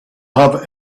have